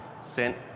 sent